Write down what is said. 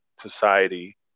society